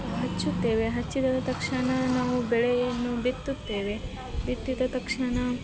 ಹಚ್ಚುತ್ತೇವೆ ಹಚ್ಚಿದ ತಕ್ಷಣ ನಾವು ಬೆಳೆಯನ್ನು ಬಿತ್ತುತ್ತೇವೆ ಬಿತ್ತಿದ ತಕ್ಷಣ